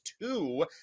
two